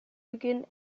beginnen